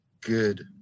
good